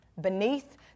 Beneath